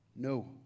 No